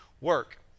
work